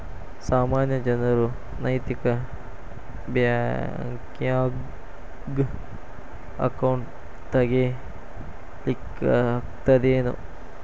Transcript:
ಸಾಮಾನ್ಯ ಜನರು ನೈತಿಕ ಬ್ಯಾಂಕ್ನ್ಯಾಗ್ ಅಕೌಂಟ್ ತಗೇ ಲಿಕ್ಕಗ್ತದೇನು?